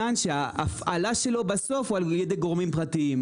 וההפעלה שלו בסוף היא של גורמים פרטיים.